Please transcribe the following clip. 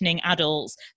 adults